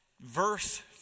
verse